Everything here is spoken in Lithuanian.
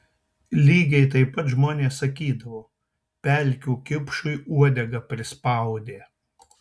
lygiai taip pat žmonės sakydavo pelkių kipšui uodegą prispaudė